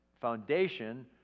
foundation